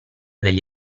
degli